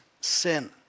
sin